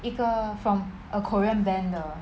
一个 from a korean band 的